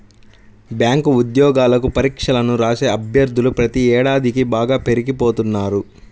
bank ఉద్యోగాలకు పరీక్షలను రాసే అభ్యర్థులు ప్రతి ఏడాదికీ బాగా పెరిగిపోతున్నారు